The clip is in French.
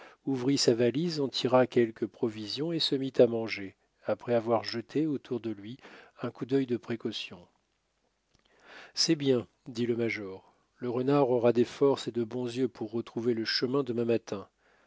ouvrit sa valise en tira quelques provisions et se mit à manger après avoir jeté autour de lui un coup d'œil de précaution c'est bien dit le major le renard aura des forces et de bons yeux pour retrouver le chemin demain matin